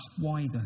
wider